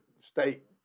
state